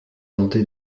tenté